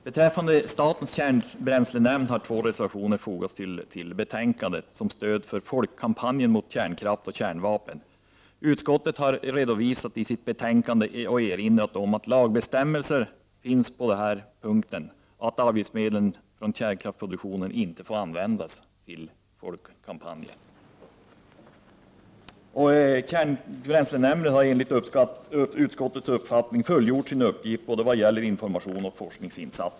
Två reservationer har fogats till betänkandet med anledning av frågan om statens kärnbränslenämnd. I reservationerna yrkar man på stöd för folkkampanjen mot kärnkraft och kärnvapen. Utskottet har i betänkandet erinrat om att det på detta område finns lagbestämmelser om att avgiftsmedlen från kärnkraftsproduktionen inte får användas till folkkampanjer. Kärnbränslenämnden har enligt utskottets uppfattning fullgjort sin uppgift vad gäller både information och forskning.